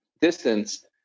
distance